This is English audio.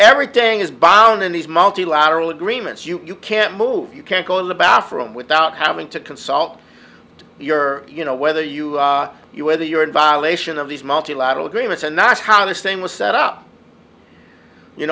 day is by owning these multilateral agreements you can't move you can't go in the bathroom without having to consult your you know whether you are you whether you're in violation of these multilateral agreements or not how this thing was set up you